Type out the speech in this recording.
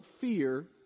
fear